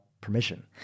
permission